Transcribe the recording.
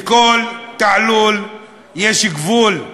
לכל תעלול יש גבול.